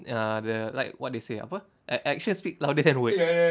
ya the like what they say ah apa ac~ actions speak louder than words